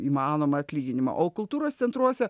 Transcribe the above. įmanomą atlyginimą o kultūros centruose